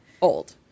old